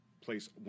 place